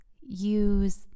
use